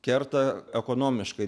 kerta ekonomiškai